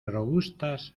robustas